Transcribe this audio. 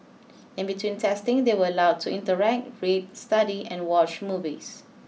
in between testing they were allowed to interact read study and watch movies